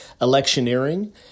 electioneering